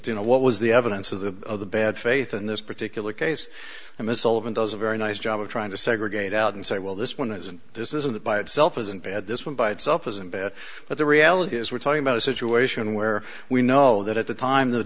you know what was the evidence of bad faith in this particular case i miss all of it does a very nice job of trying to segregate out and say well this one isn't this isn't it by itself isn't bad this one by itself isn't bad but the reality is we're talking about a situation where we know that at the time the